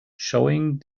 showing